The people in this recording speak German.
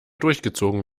durchgezogen